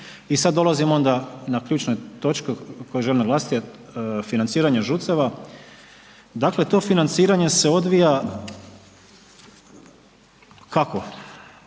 i sad dolazimo onda na ključne točke koje želim naglasiti, financiranje ŽUC-eva. Dakle, to financiranje se odvija, kako,